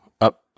up